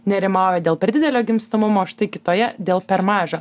nerimauja dėl per didelio gimstamumo o štai kitoje dėl per mažo